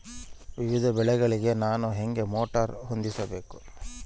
ವಿವಿಧ ಬೆಳೆಗಳಿಗೆ ನಾನು ಹೇಗೆ ಮೋಟಾರ್ ಹೊಂದಿಸಬೇಕು?